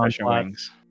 wings